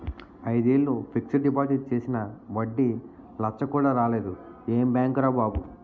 ఐదేళ్ళు fixed deposit చేసినా వడ్డీ లచ్చ కూడా రాలేదు ఏం బాంకురా బాబూ